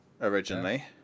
originally